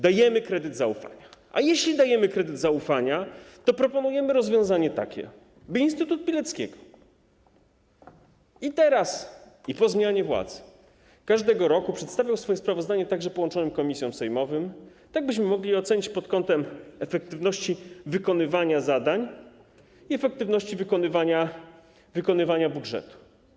Dajemy kredyt zaufania, a jeśli dajemy kredyt zaufania, to proponujemy takie rozwiązanie, by Instytut Pileckiego, i teraz, i po zmianie władzy, każdego roku przedstawiał swoje sprawozdanie także połączonym komisjom sejmowym, tak byśmy mogli go ocenić pod kątem efektywności wykonywania zadań i efektywności wykonywania budżetu.